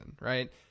Right